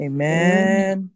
Amen